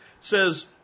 says